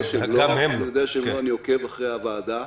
אני עוקב אחרי הוועדה.